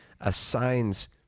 assigns